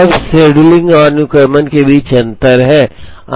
अब शेड्यूलिंग और अनुक्रमण के बीच अंतर है